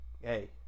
hey